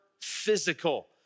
physical